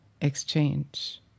exchange